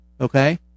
Okay